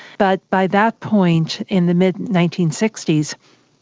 but by that point in the mid nineteen sixty s,